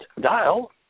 dial